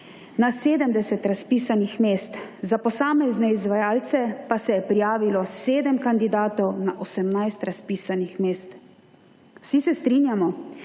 na 70 razpisanih mest, za posamezne izvajalce pa se je prijavilo 7 kandidatov na 18 razpisanih mest. Vsi se strinjamo,